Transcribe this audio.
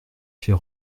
fait